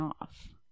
off